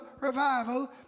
revival